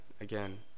again